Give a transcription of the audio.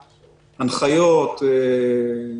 הנחיות,